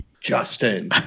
justin